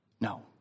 No